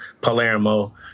Palermo